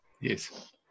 Yes